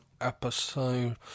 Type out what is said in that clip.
episode